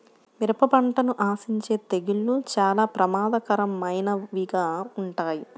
మిరప పంటను ఆశించే తెగుళ్ళు చాలా ప్రమాదకరమైనవిగా ఉంటాయి